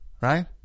right